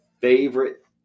favorite